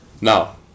Now